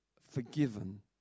forgiven